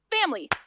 Family